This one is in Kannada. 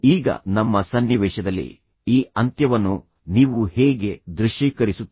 ಈಗ ನಮ್ಮ ಸನ್ನಿವೇಶದಲ್ಲಿ ಈ ಅಂತ್ಯವನ್ನು ನೀವು ಹೇಗೆ ದೃಶ್ಯೀಕರಿಸುತ್ತೀರಿ